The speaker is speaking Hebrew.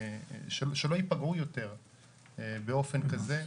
שלא ייפגעו יותר באופן כזה.